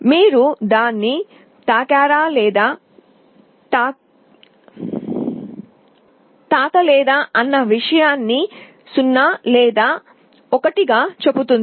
మీరు దాన్ని తాకినా లేదా తాకలేదా అని 0 లేదా 1 చెబుతుంది